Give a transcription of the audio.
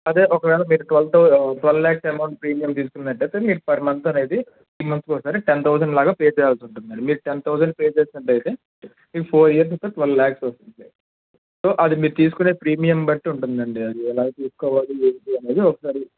అదే ఒకవేళ మీరు twelfth thou twelve lakhs amount premium తీసుకున్నట్టయితే మీకు ఫర్ మంత్ అనేది త్రీ మంత్స్కు ఒకసారి టెన్ థౌసండ్ లాగా పే చేయాల్సి ఉంటుంది మీరు టెన్ థౌసండ్ పే చేసినట్లయితే మీకు ఫోర్ ఇయర్స్కి ట్వల్ ల్యాక్స్ వస్తుంది సో అది మీరు తీసుకునే ప్రీమియం బట్టి ఉంటుందండి అది ఎలా తీసుకోవాలి ఏంటి అనేది ఒకసారి